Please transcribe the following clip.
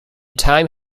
time